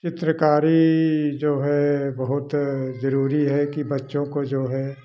चित्रकारी जो है बहुत जरूरी है कि बच्चों को जो है